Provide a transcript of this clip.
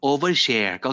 Overshare